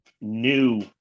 new